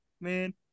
man